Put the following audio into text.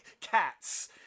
cats